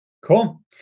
cool